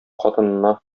хатынына